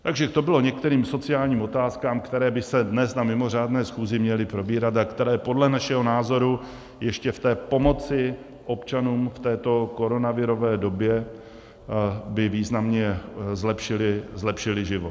Takže to bylo k některým sociálním otázkám, které by se dnes na mimořádné schůzi měly probírat a které by podle našeho názoru ještě v té pomoci občanům v této koronavirové době významně zlepšily život.